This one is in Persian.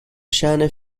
شأن